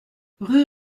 rue